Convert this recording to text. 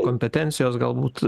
kompetencijos galbūt